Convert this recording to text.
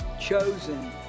chosen